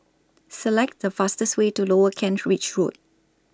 Select The fastest Way to Lower Kent Ridge Road